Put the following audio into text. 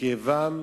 בכאבם